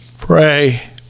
Pray